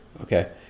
Okay